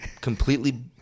completely